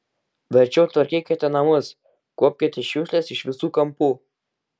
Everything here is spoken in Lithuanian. verčiau tvarkykite namus kuopkite šiukšles iš visų kampų